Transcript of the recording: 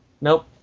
Nope